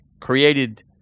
created